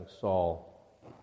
Saul